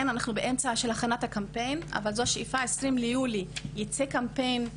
אנחנו באמצע הכנת הקמפיין אבל זאת השאיפה: שב-20 ביולי ייצא קמפיין.